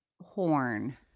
horn